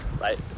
right